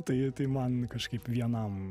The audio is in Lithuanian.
tai tai man kažkaip vienam